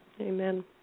Amen